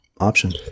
option